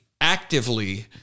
actively